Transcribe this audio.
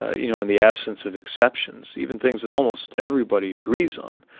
ah you know, in the absence of exceptions, even things that almost everybody agrees on,